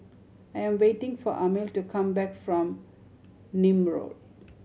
I am waiting for Amil to come back from Nim Road